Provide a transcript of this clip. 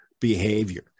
behavior